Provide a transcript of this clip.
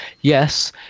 yes